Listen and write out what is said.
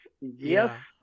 yes